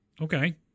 Okay